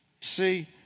See